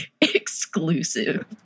Exclusive